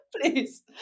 Please